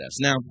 Now